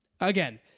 Again